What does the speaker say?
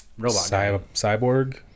cyborg